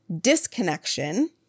disconnection